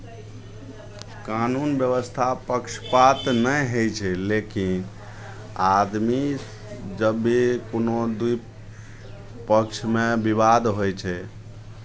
कानून व्यवस्था पक्षपात नहि होइ छै लेकिन आदमी जब भी कोनो दूइ पक्षमे विवाद होइ छै